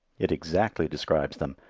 it exactly describes them,